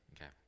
Okay